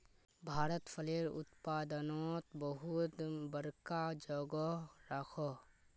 भारत फलेर उत्पादनोत बहुत बड़का जोगोह राखोह